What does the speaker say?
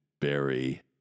Berry